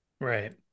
right